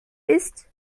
isst